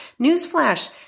newsflash